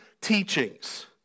teachings